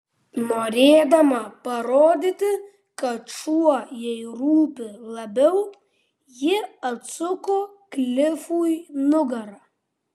norėdama parodyti kad šuo jai rūpi labiau ji atsuko klifui nugarą